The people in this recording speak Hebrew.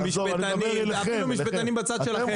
משפטנים, אפילו משפטנים בצד שלכם.